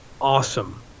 awesome